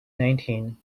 nineteen